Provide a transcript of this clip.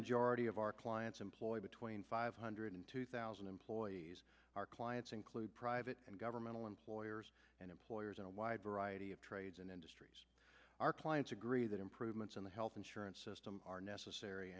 majority of our clients employ between five hundred and two thousand employees our clients include private and governmental employers and employers in a wide variety of trades and industries our clients agree that improvements in the health insurance system are necessary